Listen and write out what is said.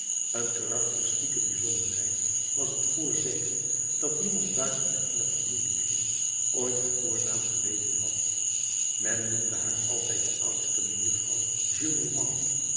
een karakteristieke bijzonderheid was t voorzeker dat niemand buiten den engen familiekring ooit haar voornaam geweten had men noemde haar altijd de oudste mejuffrouw